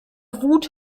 wut